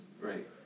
Right